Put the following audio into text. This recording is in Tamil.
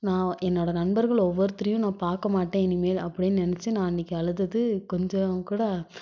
நான் என்னோட நண்பர்கள் ஒவ்வொருத்தரையும் நான் பார்க்க மாட்டேன் இனிமேல் அப்படினு நினைச்சி நான் அன்றைக்கி அழுதது கொஞ்சம் கூட